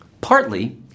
Partly